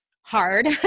hard